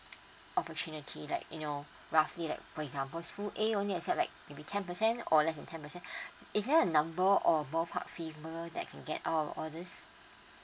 opportunity like you know roughly like for example school A only accept like maybe ten percent or less than ten percent is there a number or both hard fever that I can get out of all these